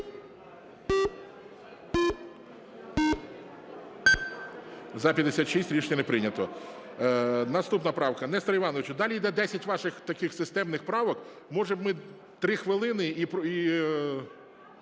За-56 Рішення не прийнято. Наступна правка. Несторе Івановичу, далі йде 10 ваших таких системних правок, може, б ми три хвилини і…